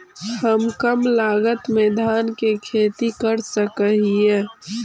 हम कम लागत में धान के खेती कर सकहिय?